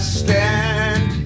stand